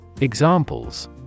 Examples